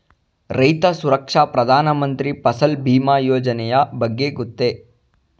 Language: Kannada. ರೈತ ಸುರಕ್ಷಾ ಪ್ರಧಾನ ಮಂತ್ರಿ ಫಸಲ್ ಭೀಮ ಯೋಜನೆಯ ಬಗ್ಗೆ ಗೊತ್ತೇ?